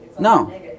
No